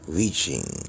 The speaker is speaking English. reaching